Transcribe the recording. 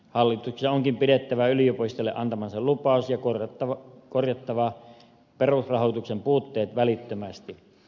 hallituksen onkin pidettävä yliopistoille antamansa lupaus ja korjattava perusrahoituksen puutteet välittömästi